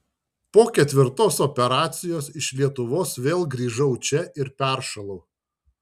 po ketvirtos operacijos iš lietuvos vėl grįžau čia ir peršalau